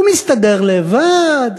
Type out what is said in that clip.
הוא מסתדר לבד.